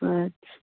अच्छा